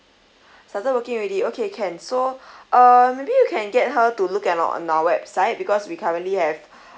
started working already okay okay can so uh maybe you can get her to look at on our website because we currently have